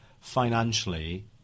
financially